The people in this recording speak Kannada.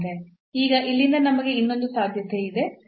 ಈಗ ಇಲ್ಲಿಂದ ನಮಗೆ ಇನ್ನೊಂದು ಸಾಧ್ಯತೆಯಿದೆ